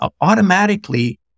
automatically